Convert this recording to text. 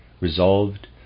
resolved